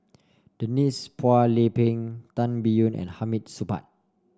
Denise Phua Lay Peng Tan Biyun and Hamid Supaat